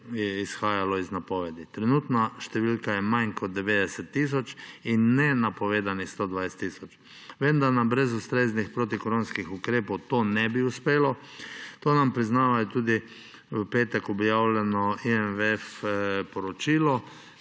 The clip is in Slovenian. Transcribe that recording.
izhajalo iz napovedi. Trenutna številka je manj kot 90 tisoč in ne napovedanih 120 tisoč, vendar nam brez ustreznih protikoronskih ukrepov to ne bi uspelo. To nam priznava tudi v petek objavljeno poročilo